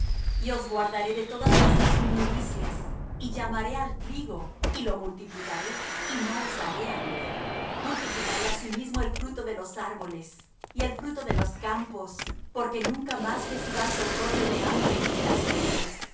os guardaré de todas vuestras inmundicias y llamaré al trigo y lo multiplicaré y no os daré hambre multiplicaré asimismo el fruto de los árboles y el fruto de los campos porque nunca más recibáis oprobio de hambre entre las gentes